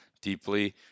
deeply